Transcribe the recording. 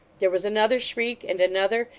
there was another shriek, and another,